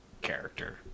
character